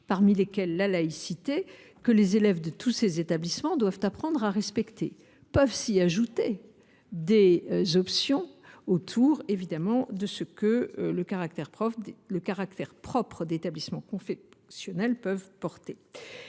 parmi lesquelles figure la laïcité, que les élèves de tous ces établissements doivent apprendre à respecter. Peuvent s’y ajouter des options autour de ce que le caractère propre d’établissement confessionnel peut porter.